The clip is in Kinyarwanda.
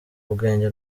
ubwenge